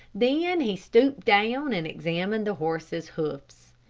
then he stooped down and examined the horse's hoofs.